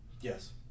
Yes